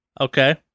Okay